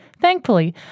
Thankfully